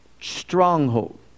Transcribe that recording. stronghold